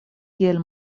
kiel